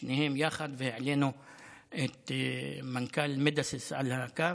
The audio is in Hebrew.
אתמול קשר שניהם ביחד והעלינו את מנכ"ל מדאסיס על הקו,